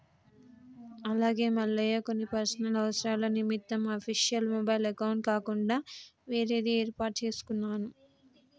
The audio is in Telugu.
అలాగే మల్లయ్య కొన్ని పర్సనల్ అవసరాల నిమిత్తం అఫీషియల్ మొబైల్ అకౌంట్ కాకుండా వేరేది ఏర్పాటు చేసుకున్నాను